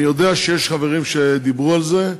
אני יודע שהיו חברים שדיברו על זה,